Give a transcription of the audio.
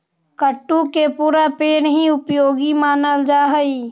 कुट्टू के पुरा पेड़ हीं उपयोगी मानल जा हई